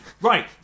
right